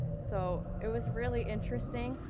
so it was really interesting,